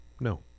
no